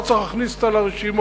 לא צריך להכניס אותה לרשימות.